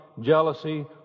jealousy